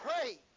pray